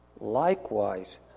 Likewise